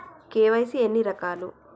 KYC ఎన్ని రకాలు?